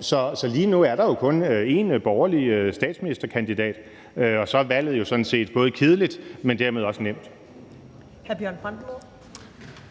Så lige nu er der jo kun én borgerlig statsministerkandidat, og så er valget jo sådan set både kedeligt, men dermed også nemt. Kl. 16:43 Første